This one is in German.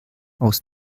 aus